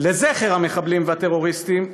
לזכר המחבלים והטרוריסטים,